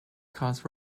cars